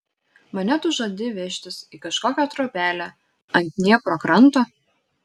mane tu žadi vežtis į kažkokią trobelę ant dniepro kranto